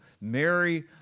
Mary